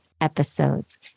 episodes